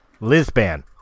Lizban